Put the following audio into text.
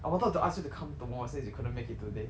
I wanted to ask you to come tomorrow since you couldn't make it today